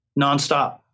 nonstop